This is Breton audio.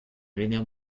rener